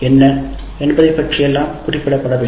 என்ன என்பதைப்பற்றி எல்லாம் குறிப்பிடப்பட வேண்டும்